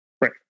Right